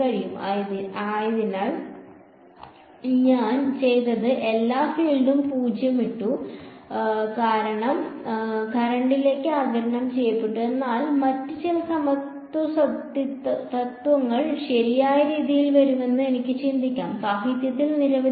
അതിനാൽ ഞാൻ ചെയ്തത് എല്ലാ ഫീൽഡും 0 ഇട്ടു എല്ലാം കറന്റിലേക്ക് ആഗിരണം ചെയ്യപ്പെട്ടു എന്നാൽ മറ്റ് ചില സമത്വ തത്വങ്ങൾ ശരിയായ രീതിയിൽ വരുമെന്ന് എനിക്ക് ചിന്തിക്കാം സാഹിത്യത്തിൽ നിരവധിയുണ്ട്